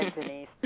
Denise